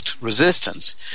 resistance